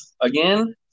again